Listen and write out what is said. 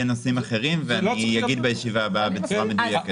נושאים אחרים ואגיד בישיבה הבאה בצורה מדויקת.